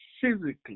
physically